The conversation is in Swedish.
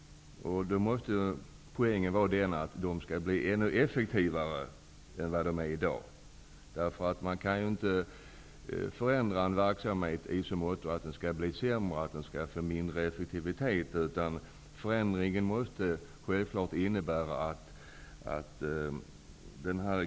Poängen måste då vara att de skall bli ännu effektivare än vad de är i dag, därför att man kan ju inte förändra en verksamhet i så motto att den skall bli sämre och mindre effektiv. Visitationspatrullernas kompetens är redan i dag onekligen stor.